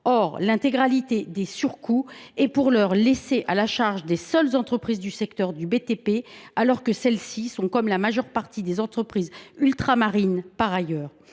Or l’intégralité des surcoûts est pour l’heure à la charge des seules entreprises du secteur du BTP, alors que celles ci sont, comme la majeure partie des entreprises ultramarines, confrontées